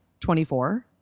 24